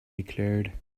declared